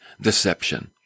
deception